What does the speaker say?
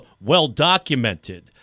well-documented